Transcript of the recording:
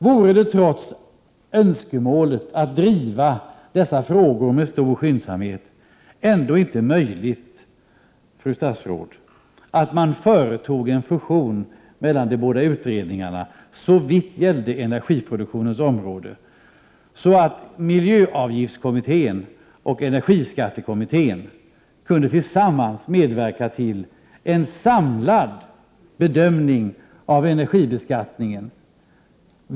Vore det, trots önskemålet att driva dessa frågor med stor skyndsamhet, ändå inte möjligt, fru statsråd, att företa en fusion mellan de båda utredningarna såvitt gäller energiproduktionens område, så att miljöavgiftskommittén och energiskattekommittén tillsammans kunde medverka till en samlad bedömning av energibeskattningen?